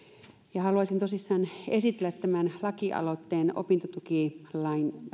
ja haluaisin tosissaan esitellä tämän lakialoitteen opintotukilain